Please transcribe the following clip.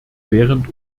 während